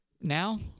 Now